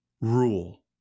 rule